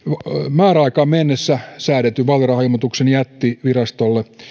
määräaikaan mennessä säädetyn vaalirahailmoituksen jätti virastolle